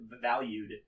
valued